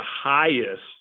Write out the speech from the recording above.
highest